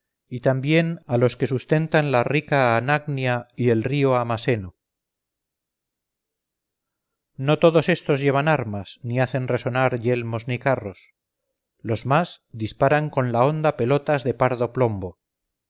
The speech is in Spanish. y también a los que sustentan la rica anagnia y el río amaseno no todos estos llevan armas ni hacen resonar yelmos ni carros los más disparan con la honda pelotas de pardo plomo